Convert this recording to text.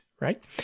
right